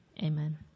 Amen